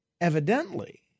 evidently